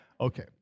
Okay